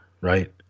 right